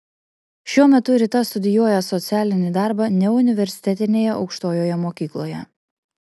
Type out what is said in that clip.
šiuo metu rita studijuoja socialinį darbą neuniversitetinėje aukštojoje mokykloje